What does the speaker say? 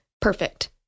perfect